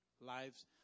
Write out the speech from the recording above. Lives